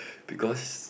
because